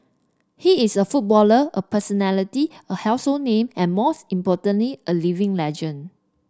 he is a footballer a personality a household name and most importantly a living legend